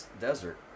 desert